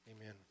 Amen